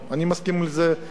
אני מסכים עם זה לחלוטין.